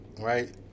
right